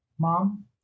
mom